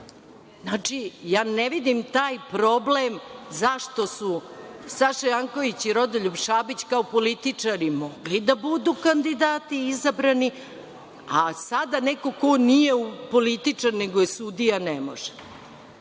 Znači, ne vidim taj problem zašto su Saša Janković i Rodoljub Šabić kao političari mogli da budu kandidati izabrani, a sada neko ko nije političar nego je sudija, ne može,